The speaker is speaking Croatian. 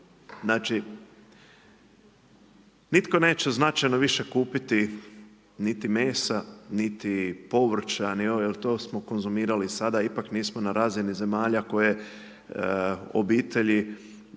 Znači nitko neće značajno više kupiti niti mesa niti povrća jer to smo konzumirali sada, ipak nismo na razini zemalja, obiteljima